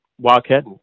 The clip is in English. Wildcat